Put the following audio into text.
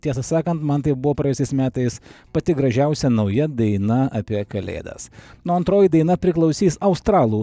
tiesą sakant man tai buvo praėjusiais metais pati gražiausia nauja daina apie kalėdas na o antroji daina priklausys australų